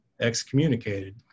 excommunicated